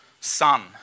Son